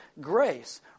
grace